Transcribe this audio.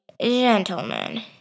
Gentlemen